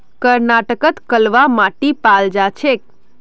कर्नाटकत कलवा माटी पाल जा छेक